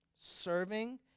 serving